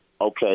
okay